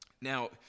Now